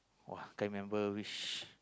!wah! can't remember which